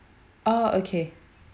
ah okay